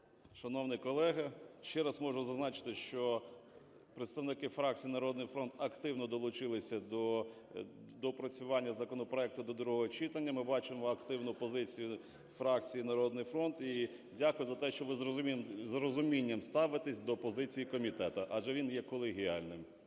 Шановний колего, ще раз можу зазначити, що представники фракції "Народний фронт" активно долучилися до доопрацювання законопроекту до другого читання. Ми бачимо активну позицію фракції "Народний фронт", і дякую за те, що ви з розумінням ставитесь до позиції комітету, адже він є колегіальним.